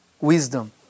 Wisdom